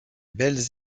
belles